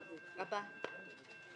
ציבור, נתקבלו.